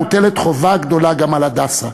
מוטלת חובה גדולה גם על "הדסה",